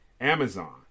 Amazon